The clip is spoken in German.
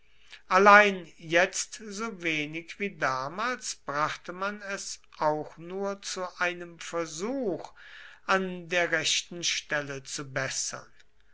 allein jetzt so wenig wie damals brachte man es auch nur zu einem versuch an der rechten stelle zu bessern